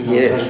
Yes